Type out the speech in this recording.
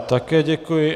Také děkuji.